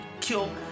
kill